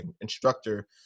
instructor